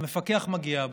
המפקח מגיע,